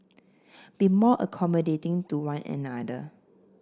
be more accommodating to one another